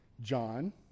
John